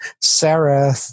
Sarah